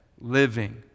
living